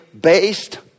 based